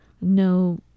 No